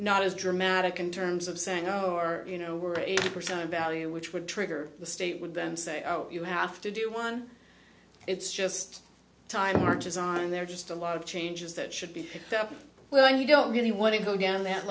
not as dramatic in terms of saying oh you know we're eighty percent of value which would trigger the state would then say oh you have to do one it's just time march is on there just a lot of changes that should be well you don't really want to go down that